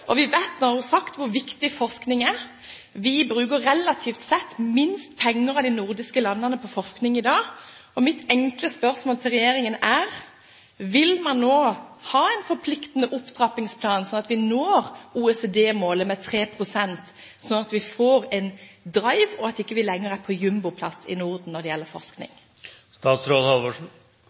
og vi vet at hun har sagt hvor viktig forskning er. Vi bruker relativt sett minst penger av de nordiske landene på forskning i dag. Mitt enkle spørsmål til regjeringen er: Vil man nå ha en forpliktende opptrappingsplan, slik at vi når OECD-målet på 3 pst., slik at vi får en drive og ikke lenger er på jumboplass i Norden når det gjelder